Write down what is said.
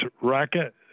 racket